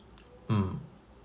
mm